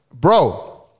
Bro